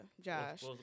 Josh